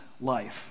life